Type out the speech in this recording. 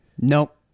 Nope